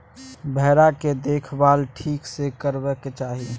भेराक देखभाल ठीक सँ करबाक चाही